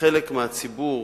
חלק מהציבור